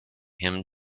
him